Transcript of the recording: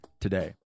today